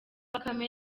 bakame